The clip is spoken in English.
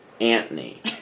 Anthony